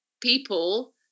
people